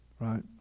right